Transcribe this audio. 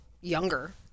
younger